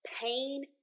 pain